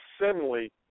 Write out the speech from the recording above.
assembly